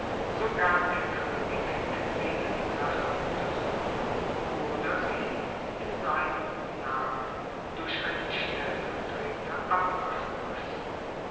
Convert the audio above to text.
so kann der koenig entweder die sache untersuchen oder sie in seinem namen durch einen stellvertreter abmachen lassen